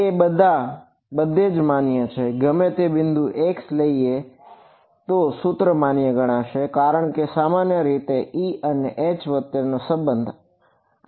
તે બધે જ માન્ય છે ગમે તે બિંદુ x લઇ લો આ સૂત્ર માન્ય ગણાશે કારણ કે સામાન્ય રીતે તે મને E અને H વચ્ચેનો સંબંધ આપે છે બરાબર